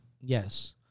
Yes